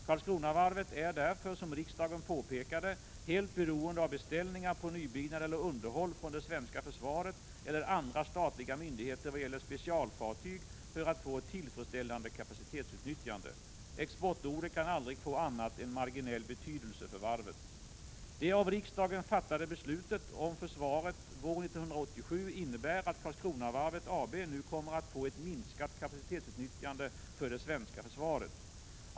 Karlskronavarvet AB är därför som riksdagen påpekade helt beroende av beställningar på nybyggnad eller underhåll från det svenska försvaret eller andra statliga myndigheter vad gäller specialfartyg för att få ett — Prot. 1987/88:10 tillfredsställande kapacitetsutnyttjande. Exportorder kan aldrig få annat än 20 oktober 1987 marginell betydelse för varvet. Det av riksdagen fattade beslutet om försvaret våren 1987 innebär att Karlskronavarvet AB nu kommer att få ett minskat kapacitetsutnyttjande för det svenska försvaret.